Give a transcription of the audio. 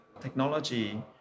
technology